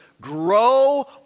grow